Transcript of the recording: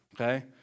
okay